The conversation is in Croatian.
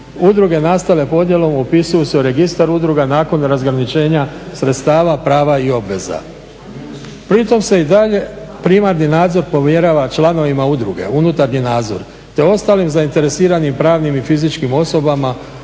Udruge nastale podjelom upisuju se u registar udruga nakon razgraničenja sredstava, prava i obaveza pri tom se i dalje primarni nadzor povjerava članovima udruge, unutarnji nadzor te ostalim zainteresiranim pravnim i fizičkim osobama,